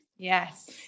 Yes